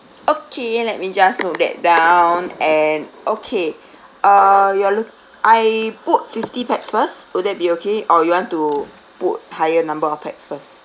okay let me just note that down and okay uh you are look~ I put fifty pax first will that be okay or you want to put higher number of pax first